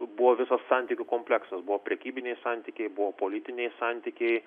buvo visas santykių kompleksas buvo prekybiniai santykiai buvo politiniai santykiai